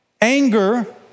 anger